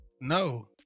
No